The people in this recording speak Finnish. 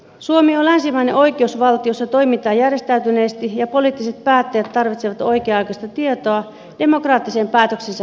suomi on länsimainen oikeusvaltio jossa toimitaan järjestäytyneesti ja poliittiset päättäjät tarvitsevat oikea aikaista tietoa demokraattisten päätöksiensä tueksi